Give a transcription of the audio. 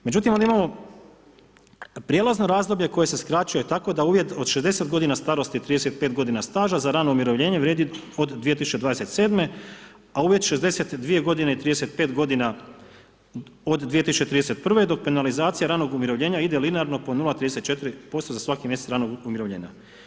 Međutim onda imamo prijelazno razdoblje koje se skraćuje tako da uvjet od 60 godina starosti i 35 godina staža za rano umirovljenje vrijedi od 2027. a uvjet 62 godine i 35 godina od 2031. do penalizacije ranog umirovljenja ide linearno po 0,34% za svaki mjesec ranog umirovljenja.